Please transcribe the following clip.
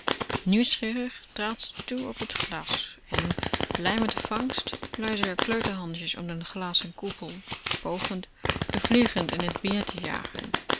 binnen nieuwsgierig trad ze toe op het glas en blij met de vangst lei ze r kleuter handjes om den glazen koepel pogend de vliegen in het bier te jagen